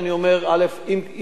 אם יש, צריך לפתוח,